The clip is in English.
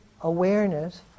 awareness